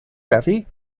duffy